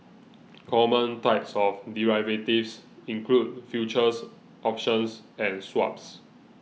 common types of derivatives include futures options and swaps